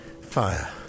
Fire